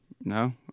No